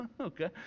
Okay